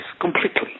completely